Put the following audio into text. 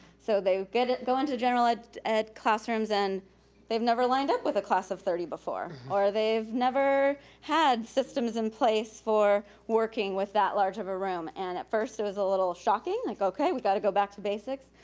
so they go into general ed ed classrooms and they've never lined up with a class of thirty before. or they've never had systems in place for working with that large of a room. and at first it was a little shocking, like okay, we gotta go back to basics,